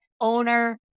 owner